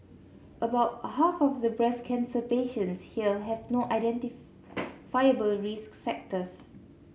about half of the breast cancer patients here have no risk factors